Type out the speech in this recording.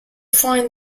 find